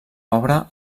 obra